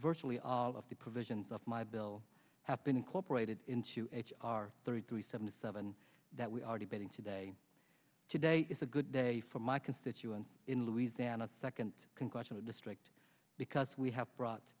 virtually all of the provisions of my bill have been incorporated into h r thirty three seventy seven that we are debating today today is a good day for my constituents in louisiana second congressional district because we have brought